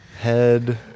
head